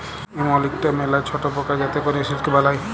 ইমল ইকটা ম্যালা ছট পকা যাতে ক্যরে সিল্ক বালাই